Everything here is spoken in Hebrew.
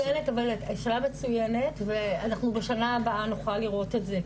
שאלה מצוינת ואנחנו בשלב הבא נוכל לראות את זה.